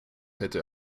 hätte